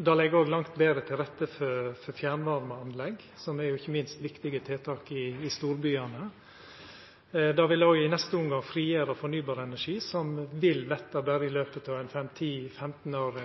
Det legg òg langt betre til rette for fjernvarmeanlegg, som er eit viktig tiltak ikkje minst i storbyane. Det vil òg i neste omgang frigjere fornybar energi – ein ressurs som det er stor mangel på – som vil verta betre i løpet av fem, ti, femten år,